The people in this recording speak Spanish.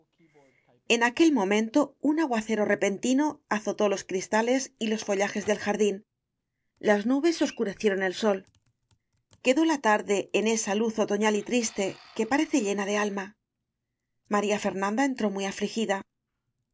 en aquel momento un aguacero repenti no azotó los cristales y los follajes del jardín las nubes obscurecieron el sol quedó la tar de en esa luz otoñal y triste que parece llena de alma maría fernanda entó muy afligida